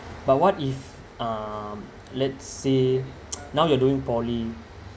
but what if uh let's say now you're doing poly